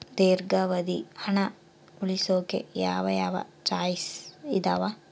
ದೇರ್ಘಾವಧಿ ಹಣ ಉಳಿಸೋಕೆ ಯಾವ ಯಾವ ಚಾಯ್ಸ್ ಇದಾವ?